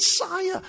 Messiah